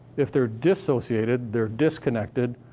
if they're dissociated, they're disconnected,